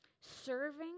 serving